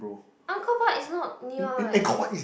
Uncle Bot is not near leh